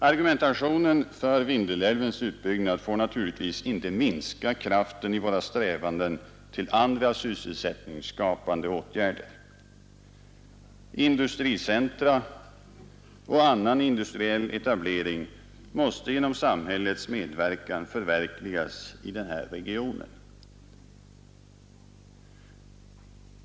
Argumentationen för Vindelälvens utbyggnad får naturligtvis inte minska kraften i våra strävanden till andra sysselsättningsskapande åtgärder. Industricentra och annan industriell etablering måste genom samhällets medverkan förverkligas i denna region.